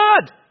God